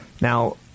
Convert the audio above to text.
Now